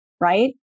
right